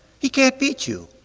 he can't beat you.